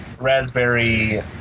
raspberry